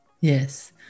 Yes